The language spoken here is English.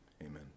amen